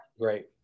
Great